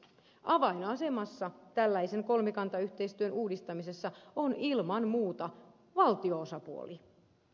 avainasemassa tällaisen kolmikantayhteistyön uudistamisessa on ilman muuta valtio osapuoli